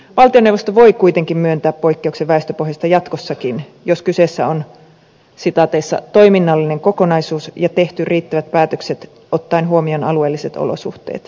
valtioneuvosto voi kuitenkin myöntää poikkeuksia väestöpohjasta jatkossakin jos kyseessä on toiminnallinen kokonaisuus ja tehty riittävät päätökset ottaen huomioon alueelliset olosuhteet